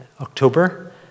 October